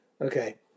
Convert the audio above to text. Okay